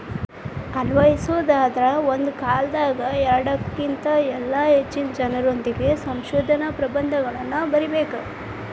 ಅನ್ವಯಿಸೊದಾದ್ರ ಒಂದ ಕಾಲದಾಗ ಎರಡಕ್ಕಿನ್ತ ಇಲ್ಲಾ ಹೆಚ್ಚಿನ ಜನರೊಂದಿಗೆ ಸಂಶೋಧನಾ ಪ್ರಬಂಧಗಳನ್ನ ಬರಿಬೇಕ್